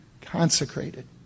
consecrated